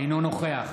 אינו נוכח